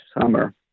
summer